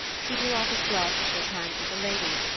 he drew off his glove to shake hands with the ladies,